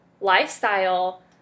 lifestyle